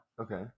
Okay